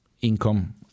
income